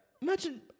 Imagine